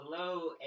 Hello